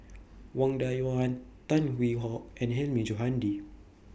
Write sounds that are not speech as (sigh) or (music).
Wang Dayuan (noise) Tan Hwee Hock and Hilmi Johandi